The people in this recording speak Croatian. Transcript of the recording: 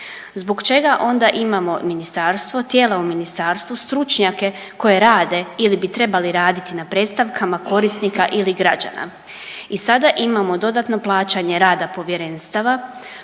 Zbog čega onda imamo ministarstvo, tijela u ministarstvu, stručnjake koji rade ili bi trebali raditi na predstavkama korisnika ili građana. I sada imamo dodatno plaćanje rada povjerenstava